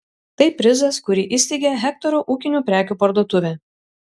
tai prizas kurį įsteigė hektoro ūkinių prekių parduotuvė